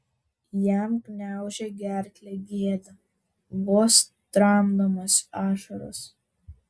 jam gniaužė gerklę gėda vos tramdomos ašaros